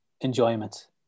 enjoyment